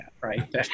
right